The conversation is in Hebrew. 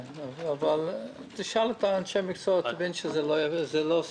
אם תשאל את אנשי המקצוע, תבין שזה לא סביר.